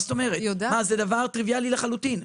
זה דבר טריוויאלי לחלוטין.